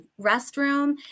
restroom